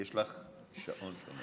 יש לך שעון שם.